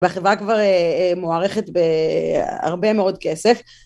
והחברה כבר מוערכת בהרבה מאוד כסף.